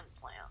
plan